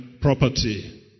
property